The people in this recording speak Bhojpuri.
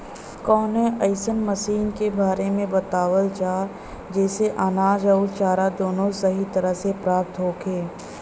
कवनो अइसन मशीन के बारे में बतावल जा जेसे अनाज अउर चारा दोनों सही तरह से प्राप्त होखे?